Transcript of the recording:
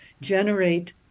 generate